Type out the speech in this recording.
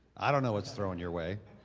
i don't know what's thrown your way.